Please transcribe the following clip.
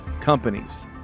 companies